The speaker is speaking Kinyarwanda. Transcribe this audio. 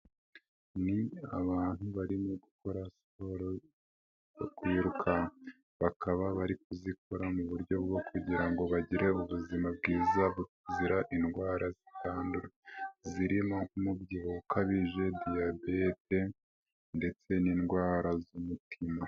Ni abantu barimo gukora siporo bakwirukanka, bakaba bari kuzikora mu buryo bwo kugira ngo bagire ubuzima bwiza buzira indwara zitandura, zirimo umubyibuho ukabije diabete ndetse n'indwara z'umutima.